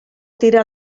tira